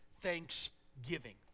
thanksgiving